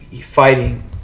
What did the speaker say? fighting